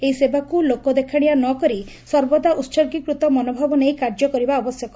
ଏହି ସେବାକୁ ଲୋକଦେଖାଣିଆ ନ କରି ସର୍ବଦା ଉହର୍ଗୀକୃତ ମନୋଭାବ ନେଇ କାର୍ଯ୍ୟ କରିବା ଆବଶ୍ୟକ